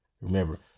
Remember